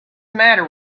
matter